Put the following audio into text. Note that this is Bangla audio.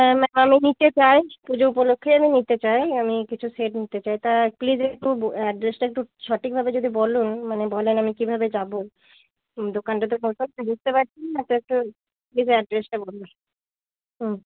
হ্যাঁ ম্যাম আমি নিতে চাই পুজো উপলক্ষে আমি নিতে চাই আমি কিছু সেট নিতে চাই তা প্লিজ একটু অ্যাড্রেসটা একটু সঠিকভাবে যদি বলুন মানে বলেন আমি কীভাবে যাবো দোকানটা তো ক বুঝতে পারছি না এটা একটু প্লিজ অ্যাড্রেসটা বলুন হুম